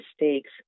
mistakes